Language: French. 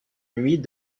nuit